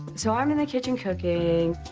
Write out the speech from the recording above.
so, i'm in the kitchen cooking.